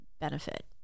benefit